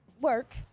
work